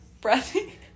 Breathy